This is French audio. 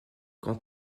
quant